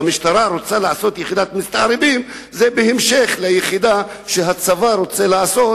המשטרה רוצה לעשות יחידת מסתערבים בהמשך ליחידה שהצבא רוצה לעשות,